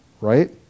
right